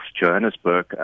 Johannesburg